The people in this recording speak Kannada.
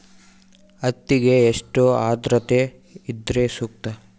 ಹತ್ತಿಗೆ ಎಷ್ಟು ಆದ್ರತೆ ಇದ್ರೆ ಸೂಕ್ತ?